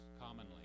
commonly